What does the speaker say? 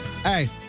hey